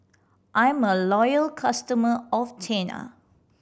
I'm a loyal customer of Tena